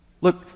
Look